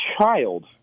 child